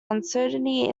uncertainty